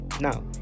now